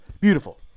Beautiful